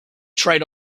trade